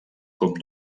com